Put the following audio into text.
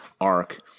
arc